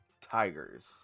Tigers